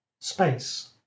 space